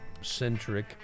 Centric